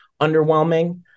underwhelming